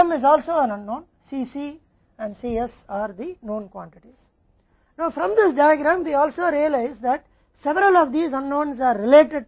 हमें क्या ज्ञात है की D Cनॉट CcIM भी एक अज्ञात है Cc और Cs ज्ञात मात्रा हैं